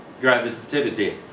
Gravitativity